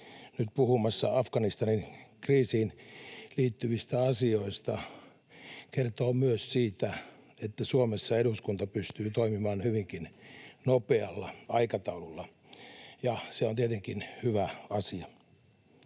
nyt puhumassa Afganistanin kriisiin liittyvistä asioista, kertoo myös siitä, että Suomessa eduskunta pystyy toimimaan hyvinkin nopealla aikataululla, ja se on tietenkin hyvä asia.